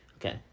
Okay